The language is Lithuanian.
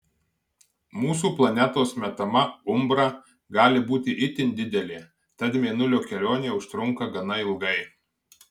mūsų planetos metama umbra gali būti itin didelė tad mėnulio kelionė užtrunka gana ilgai